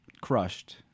crushed